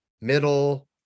middle